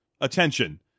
attention